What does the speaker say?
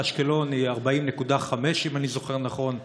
אשקלון היא 40.5 ק"מ, אם אני זוכר נכון,